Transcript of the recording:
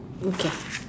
okay